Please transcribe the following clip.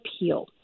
appeal